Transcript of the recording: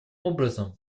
образом